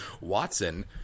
Watson